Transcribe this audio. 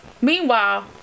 Meanwhile